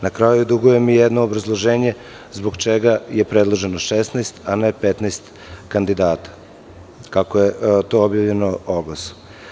Na kraju, dugujem jedno obrazloženje zbog čega je predloženo 16 a ne 15 kandidata, kako je to objavljeno u oglasu.